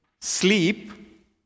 sleep